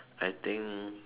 I think